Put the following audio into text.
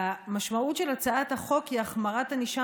המשמעות של הצעת החוק היא החמרת ענישה